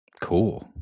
cool